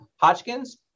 Hodgkins